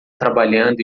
trabalhando